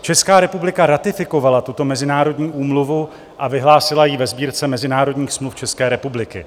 Česká republika ratifikovala tuto mezinárodní úmluvu a vyhlásila ji ve Sbírce mezinárodních smluv České republiky.